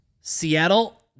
seattle